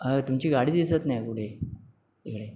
तुमची गाडी दिसत नाही कुठे इकडे